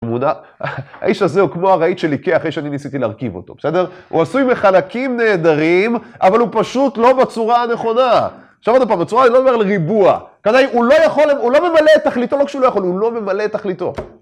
האיש הזה הוא כמו הרהיט של איקאה אחרי שאני ניסיתי להרכיב אותו, בסדר? הוא עשוי מחלקים נהדרים, אבל הוא פשוט לא בצורה הנכונה. עכשיו עוד הפעם, בצורה אני לא אומר על ריבוע. הכוונה, הוא לא יכול, הוא לא ממלא את תכליתו, לא כשהוא לא יכול, הוא לא ממלא את תכליתו.